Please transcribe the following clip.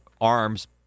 arms